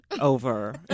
over